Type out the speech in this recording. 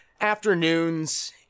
afternoons